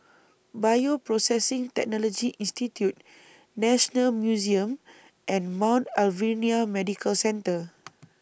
Bioprocessing Technology Institute National Museum and Mount Alvernia Medical Centre